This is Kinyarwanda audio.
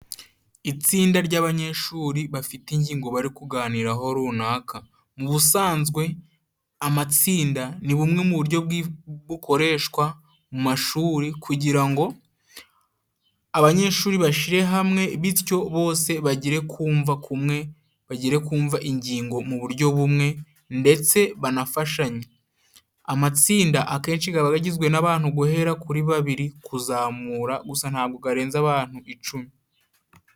Itsinda ry'abanyeshuri bafite ingingo bari kuganiraho runaka. Mu busanzwe, amatsinda ni bumwe mu buryo bukoreshwa mu mashuri, kugira ngo abanyeshuri bashire hamwe bityo bose bagire ku mva kumwe, bagire kumva ingingo mu buryo bumwe ndetse banafashanye. Amatsinda akenshi gaba gagizwe n'abantu guhera kuri babiri kuzamura, gusa ntabwo garenza abantu icumi.